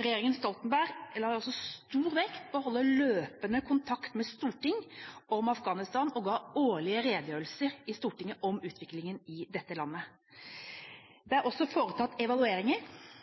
Regjeringen Stoltenberg la også stor vekt på å holde løpende kontakt med Stortinget om Afghanistan og ga årlige redegjørelser i Stortinget om utviklingen i dette landet.